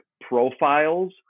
profiles